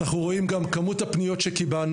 אנחנו רואים גם את כמות הפניות שקיבלנו,